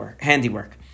handiwork